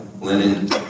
linen